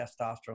testosterone